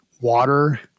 water